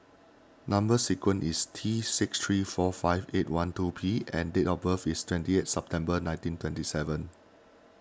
Number Sequence is T six three four five eight one two P and date of birth is twenty eight September nineteen twenty seven